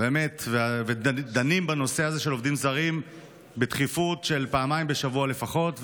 ובאמת דנים בנושא הזה של עובדים זרים בתכיפות של פעמיים בשבוע לפחות,